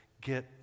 get